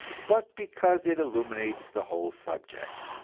but because it illuminates the whole subject.